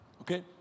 okay